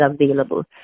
available